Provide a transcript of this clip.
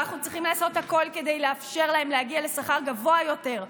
ואנחנו צריכים לעשות הכול כדי לאפשר להן להגיע לשכר גבוה יותר.